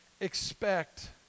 expect